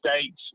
state's